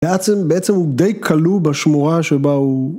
בעצם הוא די כלוא בשמורה שבה הוא...